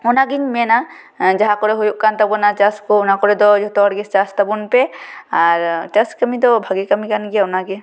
ᱚᱱᱟᱜᱤᱧ ᱢᱮᱱᱟ ᱡᱟᱦᱟ ᱸᱠᱚᱨᱮ ᱦᱩᱭᱩᱜ ᱠᱟᱱ ᱛᱟᱵᱚᱱᱟ ᱪᱟᱥ ᱠᱚ ᱚᱱᱟ ᱠᱚᱨᱮ ᱫᱚ ᱡᱷᱚᱛᱚ ᱦᱚᱲ ᱜᱮ ᱪᱟᱥ ᱛᱟᱵᱚᱱ ᱯᱮ ᱟᱨ ᱪᱟᱥ ᱠᱟᱹᱢᱤ ᱫᱚ ᱵᱷᱟᱜᱮ ᱠᱟᱱ ᱜᱮᱭᱟ ᱚᱱᱟᱜᱮ